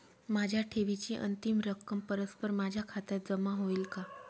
माझ्या ठेवीची अंतिम रक्कम परस्पर माझ्या खात्यात जमा होईल का?